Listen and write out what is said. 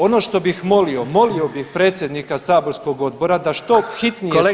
Ono što bih molio, molio bih predsjednika saborskog odbora da što hitnije